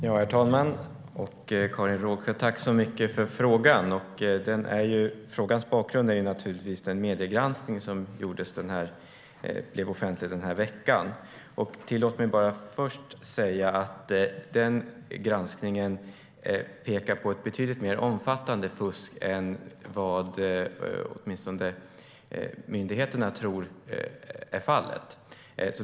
Herr talman! Tack för frågan! Frågans bakgrund är naturligtvis den mediegranskning som blev offentlig i veckan. Tillåt mig först säga att den granskningen pekar på ett betydligt mer omfattande fusk än vad åtminstone myndigheterna tror är fallet.